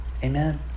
Amen